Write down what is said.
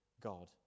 God